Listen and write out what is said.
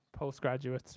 postgraduates